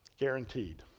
guaranteed.